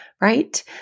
right